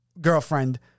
girlfriend